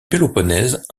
péloponnèse